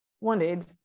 wanted